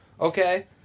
okay